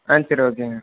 ஆ சரி ஓகேங்க